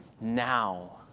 now